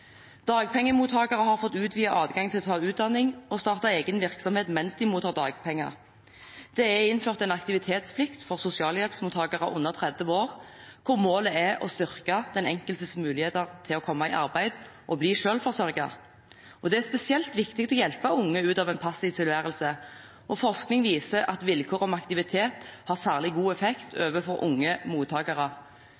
Dagpengemottakere har fått utvidet adgang til å ta utdanning og til å starte egen virksomhet mens de mottar dagpenger. Det er innført en aktivitetsplikt for sosialhjelpsmottakere under 30 år, hvor målet er å styrke den enkeltes muligheter til å komme i arbeid og bli selvforsørget. Det er spesielt viktig å hjelpe unge ut av en passiv tilværelse, og forskning viser at vilkår om aktivitet har særlig god effekt